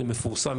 זה מפורסם,